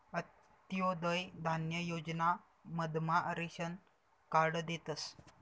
अंत्योदय धान्य योजना मधमा रेशन कार्ड देतस